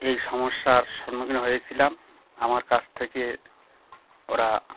এই সমস্যার সম্মুখীন হয়েছিলাম আমার কাছ থেকে ওরা